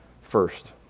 first